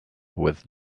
with